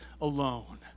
alone